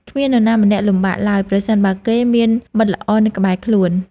គ្មាននរណាម្នាក់លំបាកឡើយ ប្រសិនបើគេមានមិត្តល្អនៅក្បែរខ្លួន។